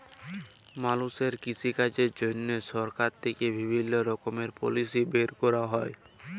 মালুষের কৃষিকাজের জন্হে সরকার থেক্যে বিভিল্য রকমের পলিসি বের ক্যরা হ্যয়